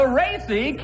racy